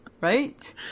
right